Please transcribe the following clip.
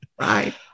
Right